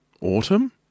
Autumn